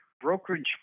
brokerage